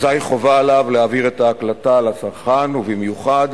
אזי חובה עליו להעביר את ההקלטה לצרכן, ובמיוחד